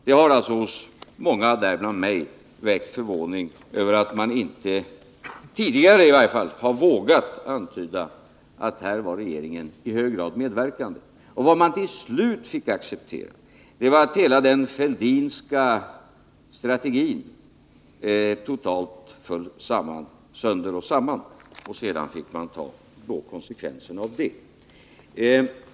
Det har alltså hos många, däribland mig, väckt förvåning att man inte tidigare har vågat antyda att regeringen var i hög grad medverkande. Och vad man till slut fick acceptera, det var att hela den Fälldinska strategin totalt föll sönder och samman, och sedan fick man ta konsekvenserna av det.